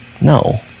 No